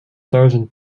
thousand